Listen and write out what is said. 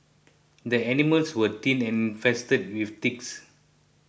the animals were thin and infested with ticks